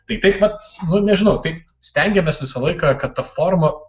tai taip vat nu nežinau tai stengiamės visą laiką kad ta forma